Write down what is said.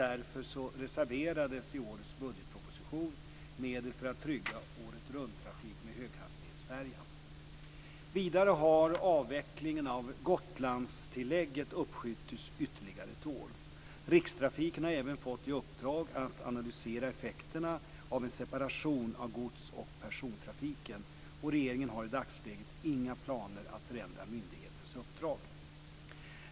Därför reserverades i årets budgetproposition medel för att trygga åretrunttrafik med höghastighetsfärjan. Vidare har avvecklingen av Gotlandstillägget uppskjutits ytterligare ett år. Rikstrafiken har även fått i uppdrag att analysera effekterna av en separation av gods och persontrafiken. Regeringen har i dagsläget inga planer på att förändra myndighetens uppdrag.